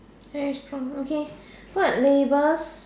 very strong okay what labels